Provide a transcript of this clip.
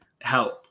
help